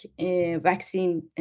vaccine